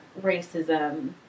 racism